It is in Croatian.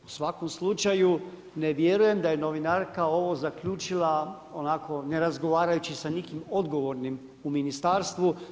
U svakom slučaju ne vjerujem da je novinarka ovo zaključila onako ne razgovarajući s nikim odgovornim u ministarstvu.